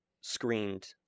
screened